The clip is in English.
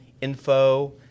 info